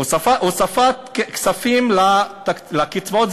הוספת כספים לקצבאות,